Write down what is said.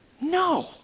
no